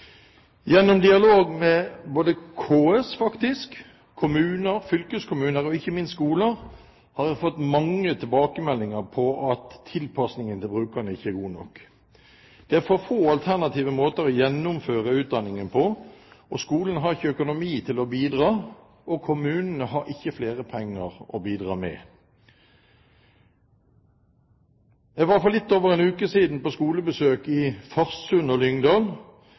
Gjennom dialog med både KS, faktisk, kommuner, fylkeskommuner og ikke minst skoler har vi fått mange tilbakemeldinger på at tilpasningen til brukerne ikke er god nok. Det er for få alternative måter å gjennomføre utdanningen på. Skolene har ikke økonomi til å bidra, og kommunene har ikke flere penger å bidra med. Jeg var for litt over en uke siden på skolebesøk i Farsund og